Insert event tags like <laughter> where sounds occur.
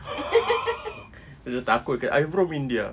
<noise> dia takut ke I'm from india